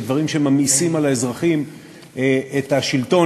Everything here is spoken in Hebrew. בדברים שממאיסים על האזרחים את השלטון